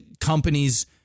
companies